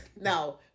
No